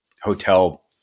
hotel